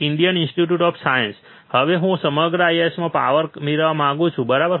Indian Institute of Science અને હું સમગ્ર IISc માં પાવર મેળવવા માંગુ છું બરાબર